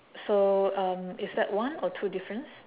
so um is that one or two difference